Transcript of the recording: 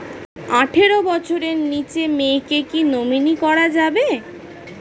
আঠারো বছরের নিচে মেয়েকে কী নমিনি করা যাবে?